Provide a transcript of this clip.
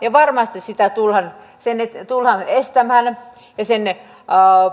ja varmasti sitä tullaan estämään ja sen